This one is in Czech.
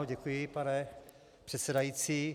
Děkuji, pane předsedající.